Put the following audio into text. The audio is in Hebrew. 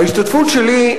ההשתתפות שלי,